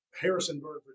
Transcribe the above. Harrisonburg